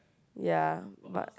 ya but